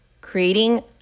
creating